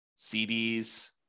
CDs